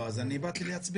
לא, אז אני באתי להצביע.